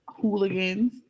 hooligans